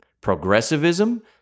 progressivism